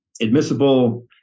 admissible